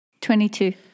22